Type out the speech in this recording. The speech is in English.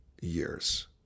years